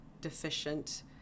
deficient